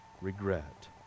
regret